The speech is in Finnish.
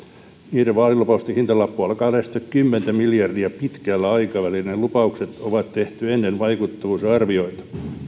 niiden vaalilupausten hintalappu alkaa lähestyä kymmenen miljardia pitkällä aikavälillä ja ne lupaukset on tehty ennen vaikuttavuusarvioita